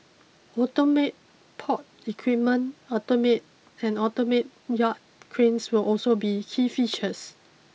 automate port equipment automate and automate yard cranes will also be key features